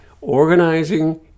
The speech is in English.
organizing